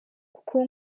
kuko